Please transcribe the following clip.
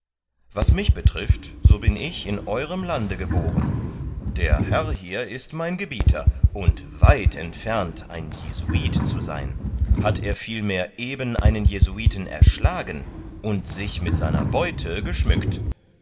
was mich betrifft so bin ich in eurem lande geboren der herr hier ist mein gebieter und weit entfernt ein jesuit zu sein hat er vielmehr eben einen jesuiten erschlagen und sich mit seiner beute geschmückt